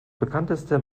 bekannteste